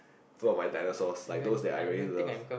full of my dinosaurs like those that I really love